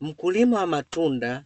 Mkulima wa matunda